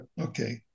okay